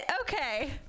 Okay